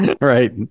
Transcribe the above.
right